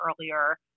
earlier